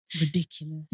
Ridiculous